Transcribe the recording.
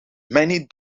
many